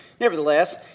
Nevertheless